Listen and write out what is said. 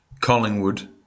Collingwood